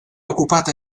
occupata